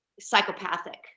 psychopathic